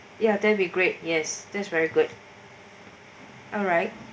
ya then we great yes that's very good alright